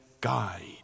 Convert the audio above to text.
guide